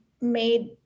made